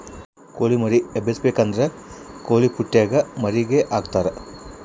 ಕೊಳಿ ಮರಿ ಎಬ್ಬಿಸಬೇಕಾದ್ರ ಕೊಳಿಪುಟ್ಟೆಗ ಮರಿಗೆ ಹಾಕ್ತರಾ